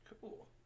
Cool